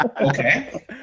Okay